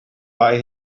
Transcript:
buy